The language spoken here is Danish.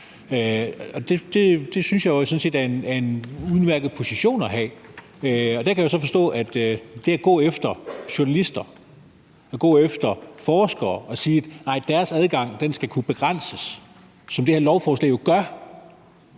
jeg sådan set er en udmærket position at have. Der kan jeg jo så forstå, at det at gå efter journalister, at gå efter forskere og sige, at deres adgang skal kunne begrænses, som det her lovforslag jo gør,